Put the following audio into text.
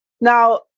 Now